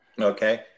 okay